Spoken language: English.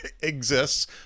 exists